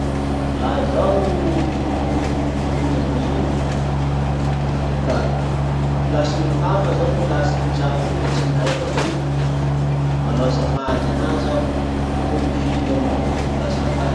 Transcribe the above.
Laha zaho miondra boiny, ka placen'olo hafa zany place ipetrahako iny ka tsy nihaiko raha iny, manao azafady anazy aho, bakeo mifindra aho mamonjy ny placenakahy.